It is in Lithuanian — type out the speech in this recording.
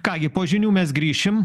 ką gi po žinių mes grįšim